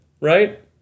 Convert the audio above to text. Right